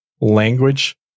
language